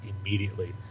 immediately